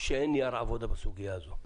שאין נייר עבודה בסוגיה הזו.